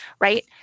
right